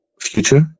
future